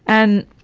and,